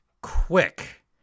Quick